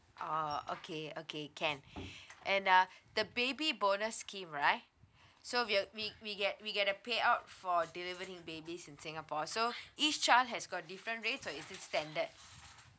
oh okay okay can and uh the baby bonus scheme right so we'll we we get we get the payout for delivering babies in singapore so each child has got different rates so is it standard